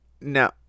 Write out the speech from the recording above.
No